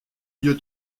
lieu